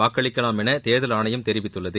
வாக்களிக்கலாம் என தேர்தல் ஆணையம் தெரிவித்துள்ளது